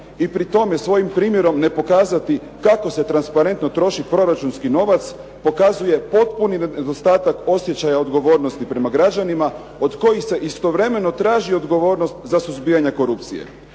i pri tome svojim primjerom ne pokazati kako se transparentno troši proračunski novac pokazuje potpuni nedostatak osjećaja odgovornosti prema građanima od kojih se istovremeno traži odgovornost za suzbijanje korupcije.